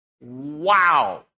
Wow